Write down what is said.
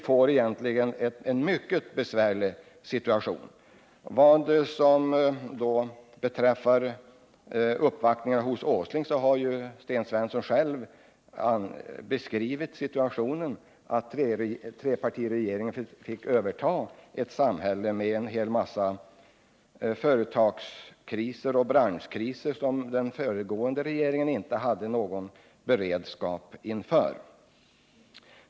För att återknyta till uppvaktningarna hos Nils Åsling, så har ju Sten Svensson själv beskrivit hur det förhöll sig, nämligen att trepartiregeringen fick överta ett samhälle med en hel massa företagskriser och branschkriser, för vilka den föregående regeringen inte hade byggt upp någon beredskap.